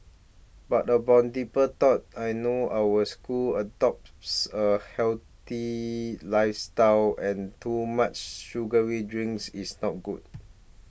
but upon deeper thought I know our school adopts a healthier lifestyle and too much sugary drinks is not good